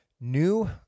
new